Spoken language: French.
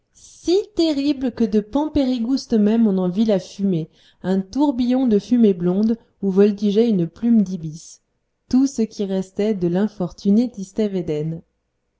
si terrible que de pampérigouste même on en vit la fumée un tourbillon de fumée blonde où voltigeait une plume d'ibis tout ce qui restait de l'infortuné